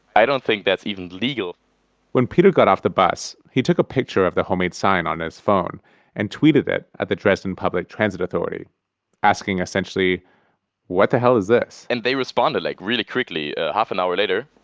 i don't think that's even legal when peter got off the bus, he took a picture of the homemade sign on his phone and tweeted it at the dresden public transit authority asking essentially what the hell is this? and they responded like really quickly, a half an hour later.